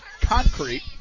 concrete